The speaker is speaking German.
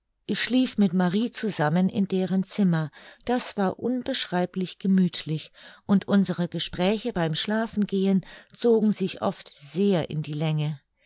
ich schlief mit marie zusammen in deren zimmer das war unbeschreiblich gemüthlich und unsere gespräche beim schlafengehen zogen sich oft sehr in die länge